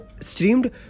streamed